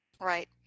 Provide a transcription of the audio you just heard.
Right